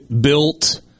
built